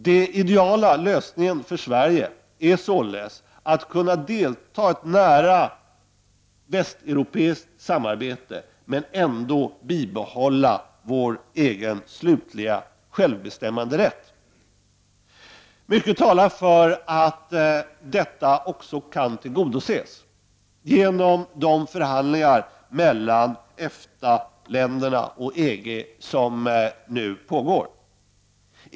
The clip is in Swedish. Den ideala lösningen för Sverige är således att kunna delta i ett nära västeuropeiskt samarbete men ändå bibehålla vår egen slutliga självbestämmanderätt. Mycket talar för att detta önskemål också kan tillgodoses genom de förhandlingar mellan EFTA-länderna och EG som nu pågår.